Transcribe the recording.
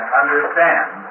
understand